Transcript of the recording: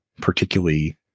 particularly